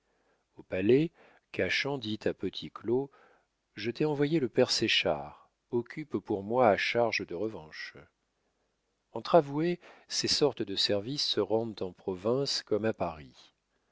au palais cachan dit à petit claud je t'ai envoyé le père séchard occupe pour moi à charge de revanche entre avoués ces sortes de services se rendent en province comme à paris